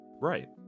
Right